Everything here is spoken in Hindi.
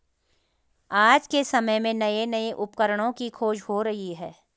आज के समय में नये नये उपकरणों की खोज हो रही है